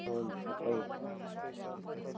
हुन्छ थ्याङ्क्यु